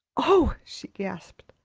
oh! she gasped.